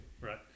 Right